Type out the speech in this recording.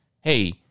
hey